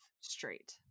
straight